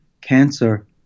cancer